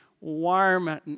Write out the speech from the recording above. warm